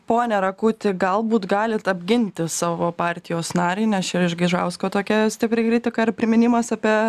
pone rakuti galbūt galit apginti savo partijos narį nes čia iš gaižausko tokia stipri kritika ir priminimas apie